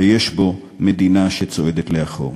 ויש בו מדינה שצועדת לאחור.